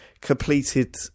completed